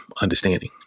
understanding